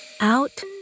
out